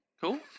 cool